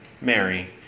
Mary